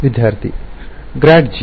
ವಿದ್ಯಾರ್ಥಿ grad g